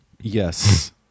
Yes